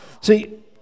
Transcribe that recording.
See